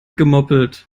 gemoppelt